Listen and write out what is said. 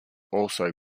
also